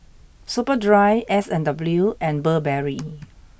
Superdry S and W and Burberry